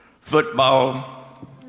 football